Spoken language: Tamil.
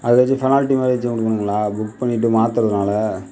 அது ஏதாச்சும் பெனால்ட்டி மாதிரி ஏதாச்சு கொடுக்கணுங்ளா புக் பண்ணிவிட்டு மாத்துவதுனால